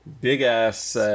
big-ass